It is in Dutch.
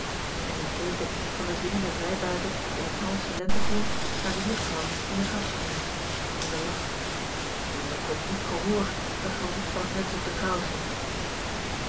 en die keken van den zingenden vrijbuiter in t malsche lentegroen naar de juffrouw in den grachttuin en ze lachten want t was n komiek gehoor dat geroep van t mensch op d'r kousen